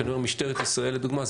כשאני אומר משטרת ישראל לדוגמה,